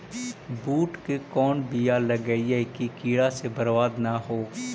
बुंट के कौन बियाह लगइयै कि कीड़ा से बरबाद न हो?